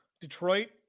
Detroit